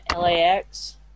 LAX